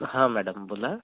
हां मॅडम बोला